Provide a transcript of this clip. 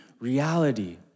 reality